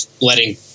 letting